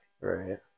Right